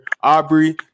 Aubrey